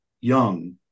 Young